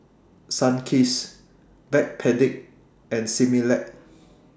Sunkist Backpedic and Similac